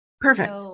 Perfect